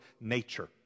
nature